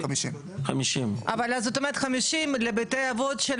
50. אבל אז זאת אומרת 50 לבתי אבות של